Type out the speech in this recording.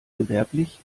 gewerblich